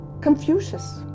Confucius